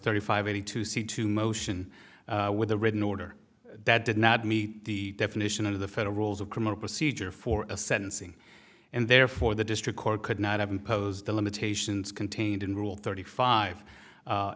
thirty five eighty two c two motion with a written order that did not meet the definition of the federal rules of criminal procedure for a sentencing and therefore the district court could not have imposed the limitations contained in rule thirty five